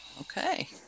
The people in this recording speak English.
Okay